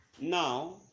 Now